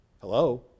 Hello